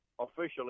officially